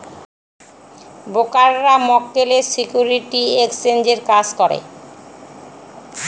ব্রোকাররা মক্কেলের সিকিউরিটি এক্সচেঞ্জের কাজ করে